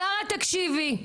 שרה תקשיבי,